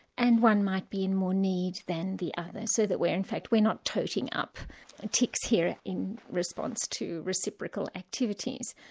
and one might be in more need than the other. so that in fact we're not toting up ticks here in response to reciprocal activities,